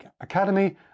Academy